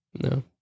No